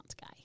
guy